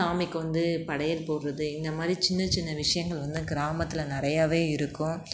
சாமிக்கு வந்து படையல் போடுறது இந்தமாதிரி சின்னச் சின்ன விஷயங்கள் வந்து கிராமத்தில் நிறையவே இருக்கும்